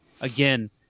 again